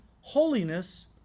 holiness